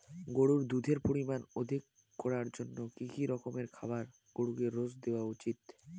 গরুর দুধের পরিমান অধিক করার জন্য কি কি রকমের খাবার গরুকে রোজ দেওয়া উচিৎ?